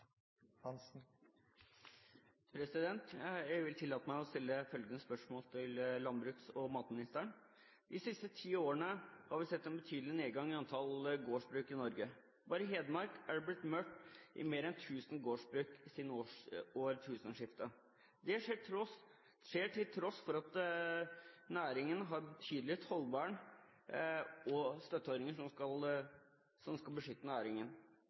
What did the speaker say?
siste 10 årene har vi sett en betydelig nedgang i antall gårdsbruk. Bare i Hedmark har det blitt mørkt i mer enn 2 000 gårdsbruk siden årtusenskiftet. Dette skjer til tross for at et betydelig tollvern skal beskytte næringen. Ser statsråden at det er andre virkemidler som skal